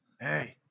Hey